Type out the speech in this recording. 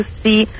see